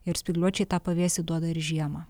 ir spygliuočiai tą pavėsį duoda ir žiemą